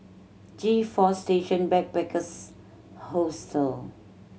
G Four Station Backpackers Hostel